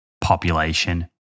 population